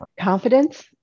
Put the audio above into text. Confidence